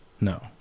No